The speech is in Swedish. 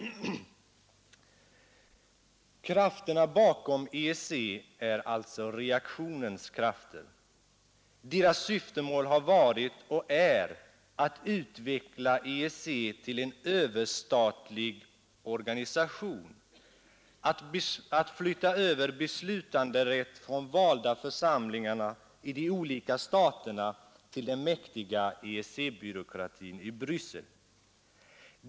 Krafterna bakom EEC är alltså reaktionens krafter. Deras syftemål har varit och är att utveckla EEC till en överstatlig organisation, att flytta över beslutanderätt från valda församlingar i de olika staterna till den mäktiga EEC-byråkratin i Bryssel.